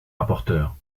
rapporteur